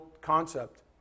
concept